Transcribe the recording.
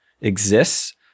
exists